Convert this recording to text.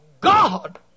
God